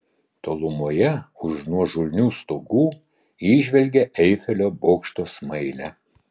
tolumoje už nuožulnių stogų įžvelgė eifelio bokšto smailę